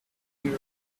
your